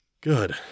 Good